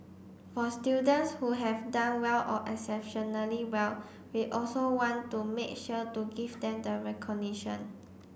for students who have done well or exceptionally well we also want to make sure to give them the recognition